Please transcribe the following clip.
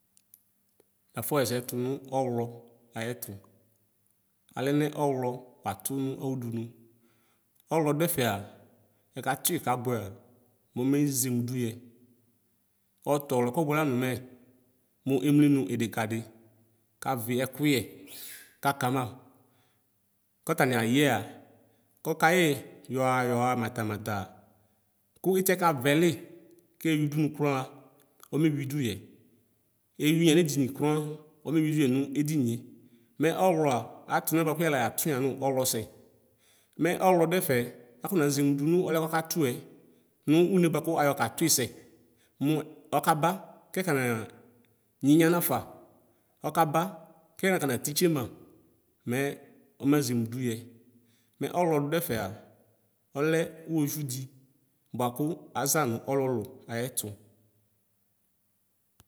Nafɔ xɛsɛ ɔwlɔ ayɛtʋ alɛnɛ ɔwlɔ wadʋ nʋ awʋdʋnʋ ɔwlɔ dʋ ɛfɛa ɛkatui kabʋɛ a momezemo dʋyɛ ɔtʋ ɔwlɔɛ kabʋɛ lanʋ mɛ mʋ ɛmli nʋ idikadi kavi ɛkuyɛ kaka ma tatani ayɛa kɔkayɛ yɔxa mata mata ko itiɛka vɛli kewui udʋnʋ kra ɔmewui dʋ yɛ ewui yena dini kran ɔme wi dʋyɛ nʋ edinie mɛ ɔwlɔa atʋnaliɛnɛ yɛla ŋatʋ yanɔwlɔ sɛ mɛ ɛwlɔ dʋ ɛfɛ afɔ na zemʋ dʋnʋ ɔwlɛ kakatʋɛ nʋ ʋne bʋakʋ ayɔ katui sɛ mʋ ɔkaba kɛka na nyinya nafa ɔkaba kɛ naka tsitsema mɛ ɔmazemʋ duyɛ mɛ ɔwlɔ dʋɛtɛa ɔlɛ iwoviʋ di bʋakʋ azanʋ ɔlɔlʋ ayɛtʋ.